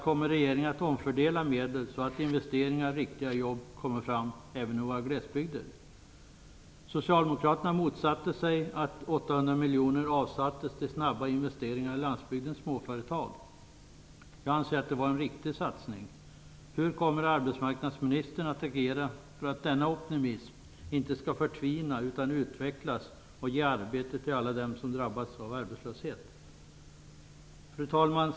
Kommer regeringen att omfördela medel så att investeringar i riktiga jobb kommer fram även i våra glesbygder? Socialdemokraterna motsatte sig att 800 miljoner avsattes till snabba investeringar i landsbygdens småföretag. Jag anser att det var en riktig satsning. Hur kommer arbetsmarknadsministern att agera för att denna optimism inte skall förtvina utan utvecklas och ge arbete till alla dem som drabbats av arbetslöshet? Fru talman!